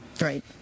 Right